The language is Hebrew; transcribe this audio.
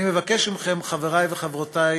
אני מבקש מכם, חברי וחברותי,